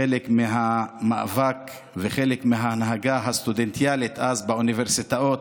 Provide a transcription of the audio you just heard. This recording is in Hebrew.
כחלק מהמאבק וחלק מההנהגה הסטודנטיאלית אז באוניברסיטאות,